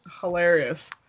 hilarious